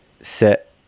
set